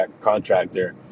contractor